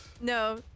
No